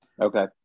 Okay